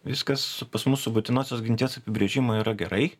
viskas pas mus su būtinosios ginties apibrėžimu yra gerai